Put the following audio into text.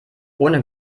ohne